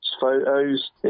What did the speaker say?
photos